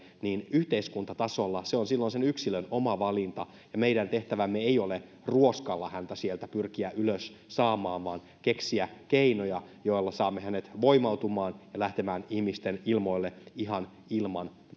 yhteiskuntatasolla se on silloin sen yksilön oma valinta ja meidän tehtävämme ei ole ruoskalla häntä sieltä pyrkiä ylös saamaan vaan keksiä keinoja joilla saamme hänet voimautumaan ja lähtemään ihmisten ilmoille ihan ilman